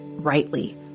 Rightly